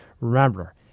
Remember